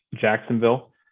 Jacksonville